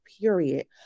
period